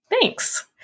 Thanks